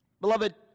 Beloved